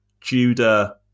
judah